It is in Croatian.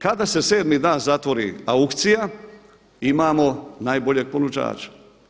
Kada se sedmi dan zatvori aukcija imamo najboljeg ponuđača.